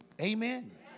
amen